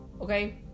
Okay